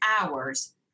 hours